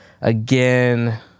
again